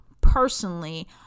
personally